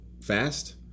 fast